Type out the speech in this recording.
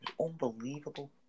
Unbelievable